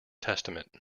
testament